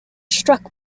struck